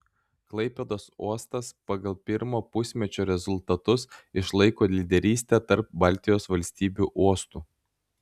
klaipėdos uostas pagal pirmo pusmečio rezultatus išlaiko lyderystę tarp baltijos valstybių uostų